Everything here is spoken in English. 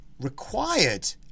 required